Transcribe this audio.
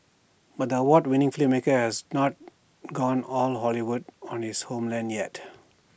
but the award winning filmmaker has not gone all Hollywood on his homeland yet